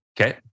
Okay